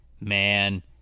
man